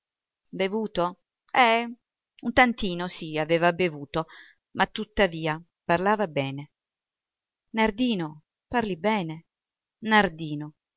bevuto eh un tantino sì aveva bevuto ma tuttavia parlava bene nardino parli bene nardino